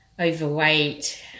overweight